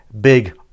big